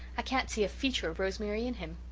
i can't see a feature of rosemary in him.